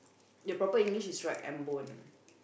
the proper English is rag and bone